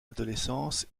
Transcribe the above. adolescence